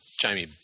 Jamie